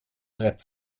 brett